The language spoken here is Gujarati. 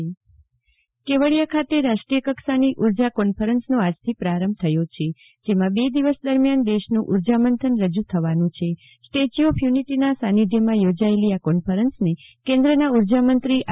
જાગૃતિ વકીલ રાષ્ટીય ઉર્જા કોન્કરન્સ કેવડિયા ખાતે રાષ્ટ્રીય કક્ષાના ઉર્જા કોન્ફરન્સનો આજ થી પ્રારંભ થયો છે જેમાં બે દિવસ દરમ્યાન દેશનું ઉર્જા મંથન રજુ થવાનું છે સ્ટેચ્યુ ઓફ યુનિટીનાં સાનિધ્યમાં યોજાયેલી આ કોન્ફરન્સને કેન્દ્રના ઉર્જામંત્રી આ